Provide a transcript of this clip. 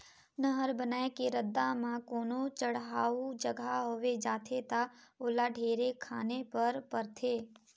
नहर बनाए के रद्दा म कोनो चड़हउ जघा होवे जाथे ता ओला ढेरे खने पर परथे